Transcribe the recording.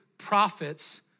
Prophets